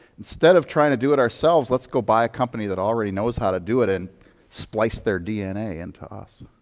instead of trying to do it ourselves, let's go buy a company that already knows how to do it and splice their dna into us.